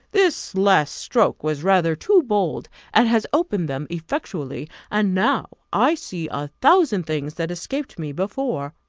this last stroke was rather too bold, and has opened them effectually, and now i see a thousand things that escaped me before.